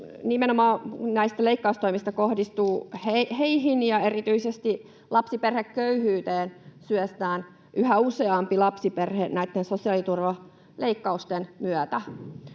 Moni näistä leikkaustoimista kohdistuu nimenomaan heihin, ja erityisesti lapsiperheköyhyyteen syöstään yhä useampi lapsiperhe näitten sosiaaliturvaleikkausten myötä.